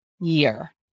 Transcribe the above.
year